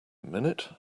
minute